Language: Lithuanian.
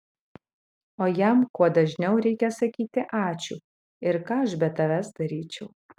o jam kuo dažniau reikia sakyti ačiū ir ką aš be tavęs daryčiau